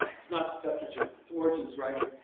it's not the septuagint. it's origen's writing.